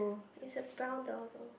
it's a brown doggo